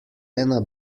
ena